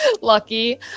Lucky